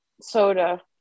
soda